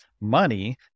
money